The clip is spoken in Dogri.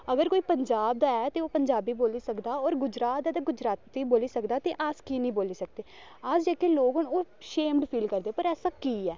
अगर कोई पंजाब दा ऐ ते ओह् पंजाबी बोली सकदा ते होर गुजरात दा ऐ ते ओह् गुजराती बोली सकदा ते अस की नी बोली सकदे अस जेह्के लोग न ओह् शेम्ड फील करदे पर ऐसा की ऐ